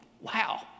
Wow